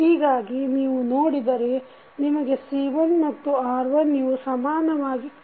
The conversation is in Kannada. ಹೀಗಾಗಿ ನೀವು ನೋಡಿದರೆ ನಿಮಗೆ C1 ಮತ್ತು R1ಇವು ಸಮಾನವಾಗಿ ದೊರೆಯುತ್ತವೆ